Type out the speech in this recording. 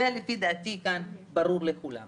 לדעתי זה ברור לכולם כאן.